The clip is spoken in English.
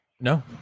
No